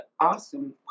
awesome